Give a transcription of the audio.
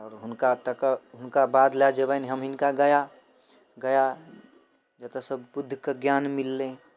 आओर हुनका तक हुनका बाद लऽ जेबनि हम हिनका गया गया जतऽसँ बुद्धके ज्ञान मिललै